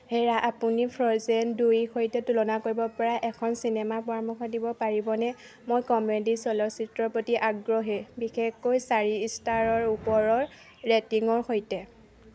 হেৰা আপুনি ফ্ৰ'জেন দুইৰ সৈতে তুলনা কৰিবপৰা এখন চিনেমাৰ পৰামৰ্শ দিব পাৰিবনে মই কমেডী চলচ্চিত্ৰৰ প্ৰতি আগ্ৰহী বিশেষকৈ চাৰি ষ্টাৰৰ ওপৰৰ ৰেটিঙৰ সৈতে